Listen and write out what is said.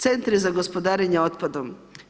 Centri za gospodarenjem otpadom.